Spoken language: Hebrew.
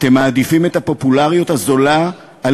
אתם מעדיפים את הפופולריות הזולה על